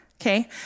okay